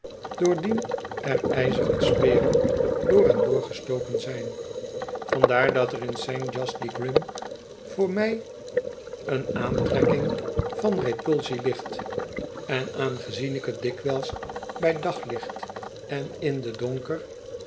re n speren door en door gestoken zijn vandaar dat er in saint g hastly gfrim voor mij een aantrekking van repulsie ligt en aangezien ik t dikwijls bij daglicht en in den donker